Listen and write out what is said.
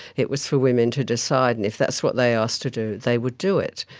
it was for women to decide, and if that's what they asked to do, they would do it.